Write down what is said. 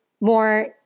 more